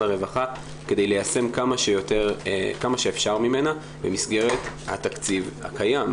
הרווחה כדי ליישם כמה שאפשר ממנה במסגרת התקציב הקיים,